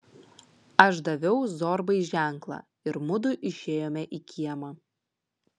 aš daviau zorbai ženklą ir mudu išėjome į kiemą